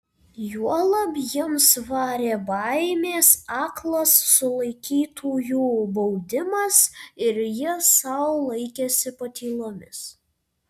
juolab jiems varė baimės aklas sulaikytųjų baudimas ir jie sau laikėsi patylomis